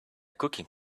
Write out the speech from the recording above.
cooking